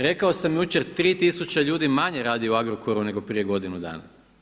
Rekao sam jučer 3 000 ljudi manje radi u Agrokoru nego prije godinu dana.